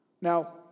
Now